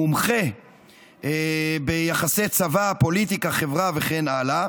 מומחה ביחסי צבא-פוליטיקה-חברה וכן הלאה.